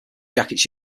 jackets